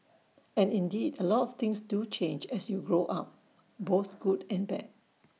and indeed A lot of things do change as you grow up both good and bad